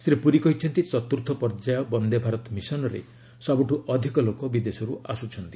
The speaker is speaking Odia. ଶ୍ରୀ ପୁରୀ କହିଛନ୍ତି ଚତୁର୍ଥ ପର୍ଯ୍ୟାୟ ବନ୍ଦେ ଭାରତ ମିଶନ୍ରେ ସବୁଠୁ ଅଧିକ ଲୋକ ବିଦେଶରୁ ଆସୁଛନ୍ତି